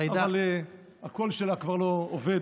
אבל הקול שלה כבר לא עובד,